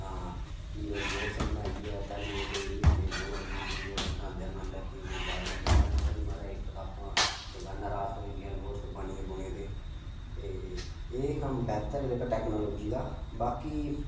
तां फ्ही ओह् नोट्स बनाइयै तैल्लू कोई म्हीने कोई दो लग्गी जंदे हे नोट्स बनांदे बनांदे फ्ही उ'नेंगी याद करना अज्जकल महाराज कताबां दकाना'रा थ्होई जंदियां नोट्स बने बुने दे ते एह् कम्म बैह्तर ऐ जेह्का टैक्नोलाजी दा बाकी